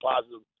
positive